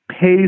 pays